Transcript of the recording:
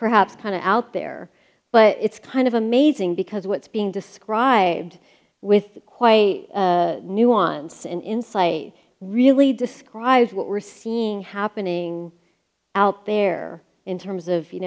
perhaps kind of out there but it's kind of amazing because what's being described with quite a nuance and insight really describes what we're seeing happening out there in terms of you